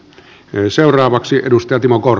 myös seuraavaksi edustaja timo kor